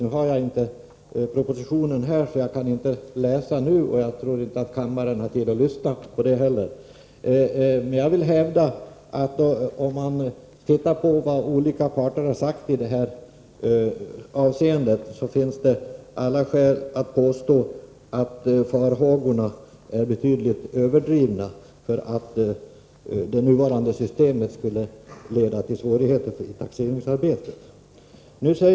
Jag har inte propositionen här, så jag kan inte göra det nu, och jag tror inte att kammaren har tid att lyssna på det heller. Men jag vill hävda att med hänsyn till vad olika parter sagt i detta avseende, finns det alla skäl att påstå att farhågorna är betydligt överdrivna för att det nuvarande systemet skulle leda till svårigheter i taxeringsarbetet.